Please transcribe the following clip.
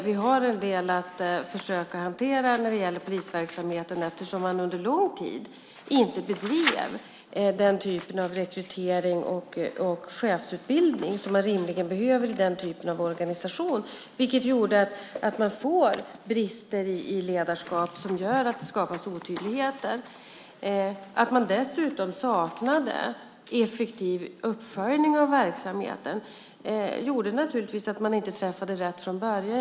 Vi har en del att hantera när det gäller polisverksamheten eftersom man under lång tid inte har bedrivit den typ av rekrytering och chefsutbildning som man rimligen behöver i den typen av organisation, vilket har gjort att man får brister i ledarskap, vilket skapar otydligheter. Att man dessutom saknade effektiv uppföljning av verksamheten gjorde naturligtvis att man inte träffade rätt från början.